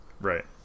Right